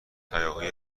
هیاهوی